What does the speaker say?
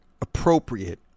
appropriate